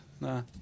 No